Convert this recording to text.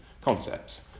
concepts